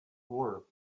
worth